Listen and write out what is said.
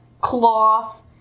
cloth